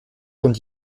rund